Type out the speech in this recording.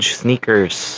sneakers